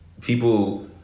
people